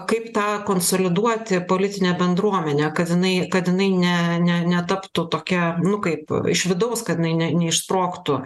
kaip tą konsoliduoti politinę bendruomenę kad jinai kad jinai ne ne netaptų tokia nu kaip iš vidaus kad jinai ne neišsprogtų